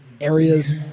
areas